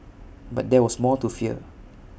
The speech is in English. but there was more to fear